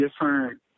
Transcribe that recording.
different